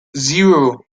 zero